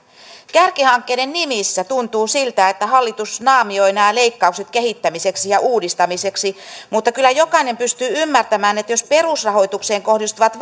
kärkihankkeiden nimissä tuntuu siltä että hallitus naamioi nämä leikkaukset kehittämiseksi ja uudistamiseksi mutta kyllä jokainen pystyy ymmärtämään että jos perusrahoitukseen kohdistuvat